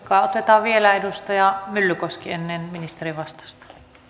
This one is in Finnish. otetaan vielä edustaja myllykoski ennen ministerin vastausta